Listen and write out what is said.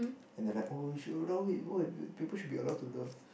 and they're like oh we should allow it oh pe~ people should be allowed to love